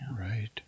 Right